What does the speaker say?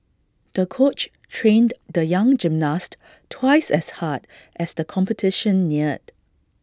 the coach trained the young gymnast twice as hard as the competition neared